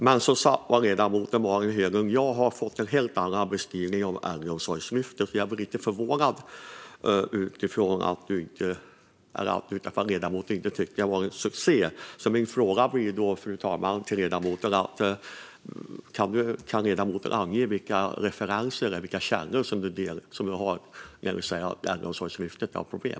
Men som sagt, ledamoten Malin Höglund, har jag fått en helt annan beskrivning av Äldreomsorgslyftet. Jag blir lite förvånad av att ledamoten inte tycker att det har varit en succé. Min fråga blir, fru talman, till ledamoten: Kan du ange vilka referenser och källor du har när du säger att Äldreomsorgslyftet har problem?